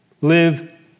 live